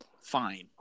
fine